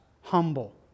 humble